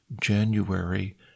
January